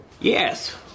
Yes